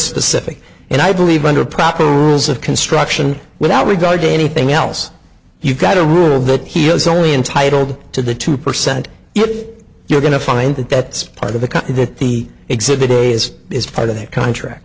specific and i believe under proper rules of construction without regard to anything else you've got a rule that he's only intitled to the two percent if you're going to find that that's part of the country that the exhibit a is is part of that contract